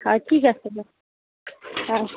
হয় ঠিক আছে দিয়ক